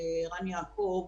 ערן יעקב,